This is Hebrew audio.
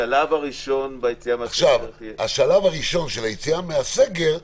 השלב הראשון של היציאה מהסגר,